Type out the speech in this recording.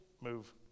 move